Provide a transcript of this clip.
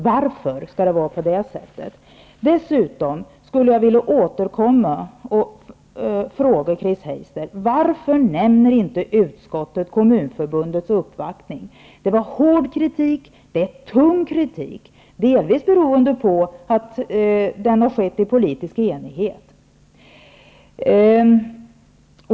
Varför skall det vara på det sättet? Varför nämner inte utskottet Kommunförbundets uppvaktning? Där framkom hård och tung kritik, delvis beroende på att det skedde i politisk enighet.